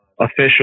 official